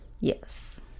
Yes